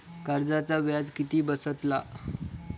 कर्जाचा व्याज किती बसतला?